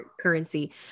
currency